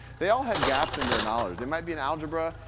they all had gaps in their knowledge. they might be in algebra,